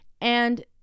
And-